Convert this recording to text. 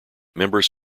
members